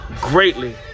greatly